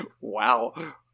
wow